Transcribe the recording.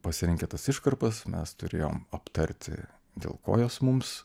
pasirinkę tas iškarpas mes turėjom aptarti dėl ko jos mums